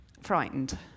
frightened